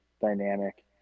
dynamic